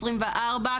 24',